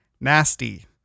nasty